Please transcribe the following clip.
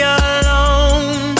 alone